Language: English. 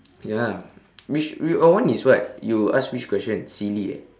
ya which your one is what you ask which question silly eh